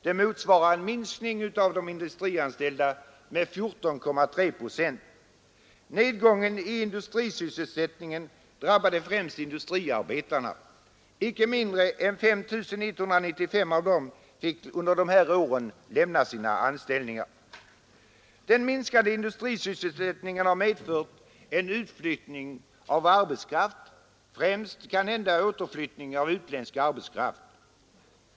Det motsvarar en minskning av antalet industrianställda med 14,3 procent. Nedgången i industrisysselsättningen drabbade främst industriarbetarna. Icke mindre än 5 195 av dem fick under dessa år lämna sina anställningar. Den minskade industrisysselsättningen har medfört en utflyttning av arbetskraft, främst kanhända återflyttning av utländsk arbetskraft.